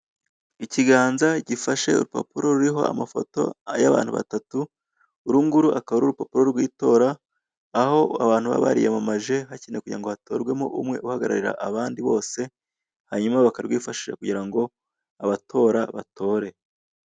Ikiganza gifashe urupapuro ruriho amafoto y'abantu batatu. Urunguru akaba ari urupapuro rw'itora aho abantu baba bariyamamaje hakewe kugira ngo hatorwemo umwe uhagararira abandi bose hanyuma baka rwifashisha kugira ngo abatora batore.